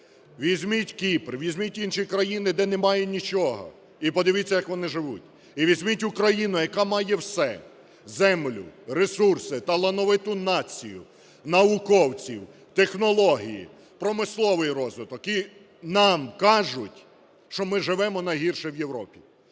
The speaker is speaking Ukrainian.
Візьміть Кіпр, візьміть інші країни, де немає нічого, і подивіться, як вони живуть. І візьміть Україну, яка має все: землю, ресурси, талановиту націю, науковців, технології, промисловий розвиток, і нам кажуть, що ми живемо найгірше в Європі.